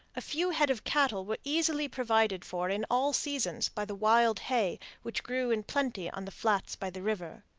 a few head of cattle were easily provided for in all seasons by the wild hay which grew in plenty on the flats by the river.